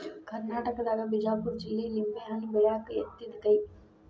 ಕರ್ನಾಟಕದಾಗ ಬಿಜಾಪುರ ಜಿಲ್ಲೆ ನಿಂಬೆಹಣ್ಣ ಬೆಳ್ಯಾಕ ಯತ್ತಿದ ಕೈ